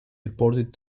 deported